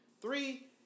Three